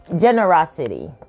Generosity